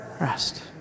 Rest